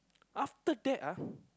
after that ah